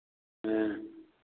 हाँ